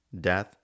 death